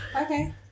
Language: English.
Okay